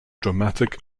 dramatic